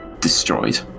destroyed